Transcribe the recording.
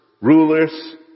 rulers